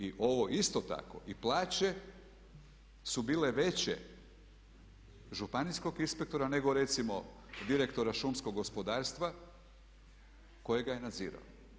I ovo isto tako i plaće su bile veće županijskog inspektora nego recimo direktora šumskog gospodarstva kojega je nadzirao.